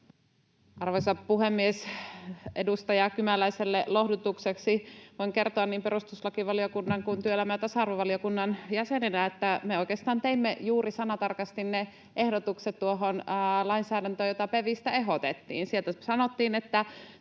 Arvoisa puhemies! Edustaja Kymäläiselle lohdutukseksi voin kertoa niin perustuslakivaliokunnan kuin työelämä- ja tasa-arvovaliokunnan jäsenenä, että me oikeastaan teimme tuohon lainsäädäntöön juuri sanatarkasti ne ehdotukset, joita PeVistä ehdotettiin. Sieltä sanottiin, että